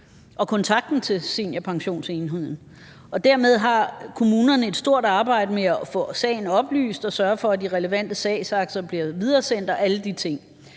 og kontakten til seniorpensionsenheden. Og dermed har kommunerne et stort arbejde med at få sagen oplyst og sørge for, at de relevante sagsakter bliver videresendt og alle de ting.